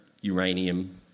uranium